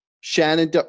Shannon